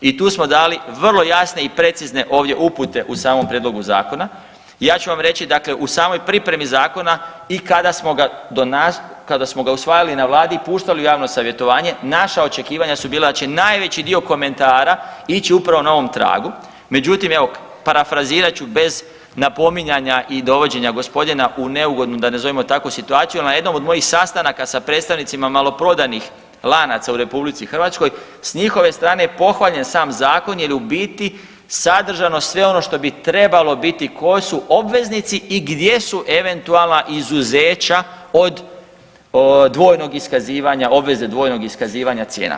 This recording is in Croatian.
I tu smo dali vrlo jasne i precizne ovdje upute u samom prijedlogu Zakona i ja ću vam reći, dakle u samoj pripremi Zakona i kada smo ga do .../nerazumljivo/... kada smo ga usvajali na Vladi i puštali u javno savjetovanje, naša očekivanja su bila da će najveći dio komentara ići upravo na ovom tragu, međutim, evo, parafrazirat ću bez napominjanja i dovođenja gospodina u neugodnu, da nazovemo tako situaciju, jer na jednom od mojih sastanaka sa predstavnicima maloprodajnih lanaca u RH, s njihove strane je pohvaljen sam Zakon jer u biti sadržano sve ono što bi trebalo biti tko su obveznici i gdje su eventualna izuzeća od dvojnog iskazivanja, obveze dvojnog iskazivanja cijena.